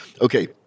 Okay